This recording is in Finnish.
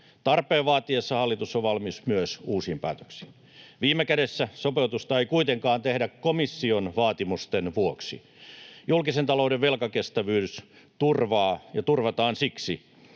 Tarpeen vaatiessa hallitus on valmis myös uusiin päätöksiin. Viime kädessä sopeutusta ei kuitenkaan tehdä komission vaatimusten vuoksi. Julkisen talouden velkakestävyys turvataan siksi,